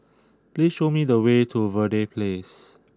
please show me the way to Verde Place